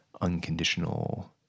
unconditional